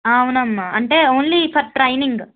ఆ అవునమ్మా అంటే ఓన్లీ ఫర్ ట్రైనింగ్